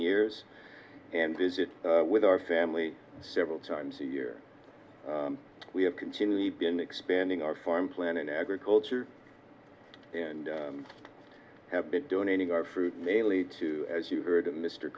years and visit with our family several times a year we have continually been expanding our farm planted agriculture and have been donating our fruit mainly to as you've heard